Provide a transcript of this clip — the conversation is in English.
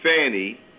Fanny